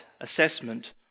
assessment